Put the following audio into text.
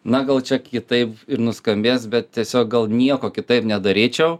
na gal čia kitaip ir nuskambės bet tiesiog gal nieko kitaip nedaryčiau